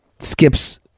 Skips